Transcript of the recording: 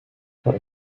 for